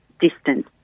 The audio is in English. distance